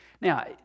Now